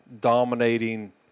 dominating